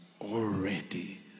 already